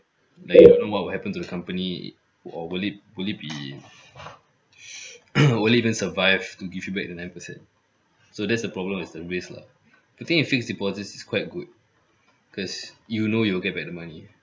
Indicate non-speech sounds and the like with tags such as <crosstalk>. like you don't know what will happen to the company or will it will it be <breath> <noise> will it even survive to give you back the nine percent so that's the problem is the risk lah the thing is fixed deposit is quite good cause you know you'll get back the money